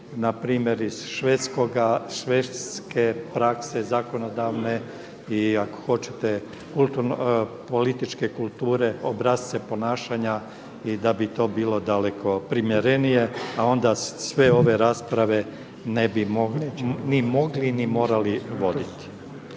npr. iz švedske zakonodavne prakse i ako hoćete političke kulture obrasce ponašanja da bi to bilo daleko primjerenije, a onda sve ove rasprave ni mogli ni morali voditi.